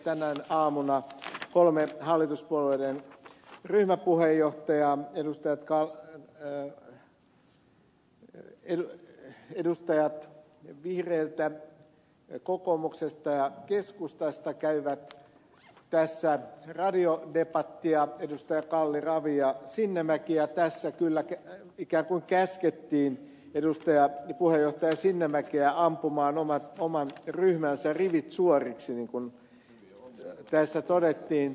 tänä aamuna kolme hallituspuolueiden ryhmäpuheenjohtajaa edustajat vihreiltä kokoomuksesta ja keskustasta kävivät radiodebattia edustajat kalli ravi ja sinnemäki ja tässä kyllä ikään kuin käskettiin edustaja puheenjohtaja sinnemäkeä ampumaan oman ryhmänsä rivit suoriksi niin kuin tässä todettiin